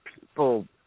people